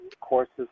courses